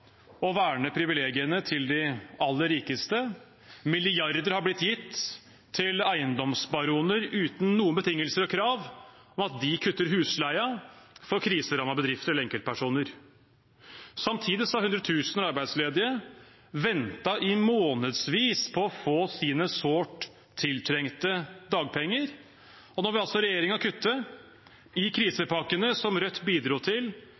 å verne privilegiene til de aller rikeste. Milliarder har blitt gitt til eiendomsbaroner uten noen betingelser og krav om at de kutter husleien for kriserammede bedrifter eller enkeltpersoner. Samtidig har hundretusener av arbeidsledige ventet i månedsvis på å få sine sårt tiltrengte dagpenger, og nå vil altså regjeringen kutte i krisepakkene som Rødt bidro til